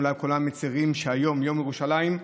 אולי כולם מצירים, שהיום, ביום ירושלים,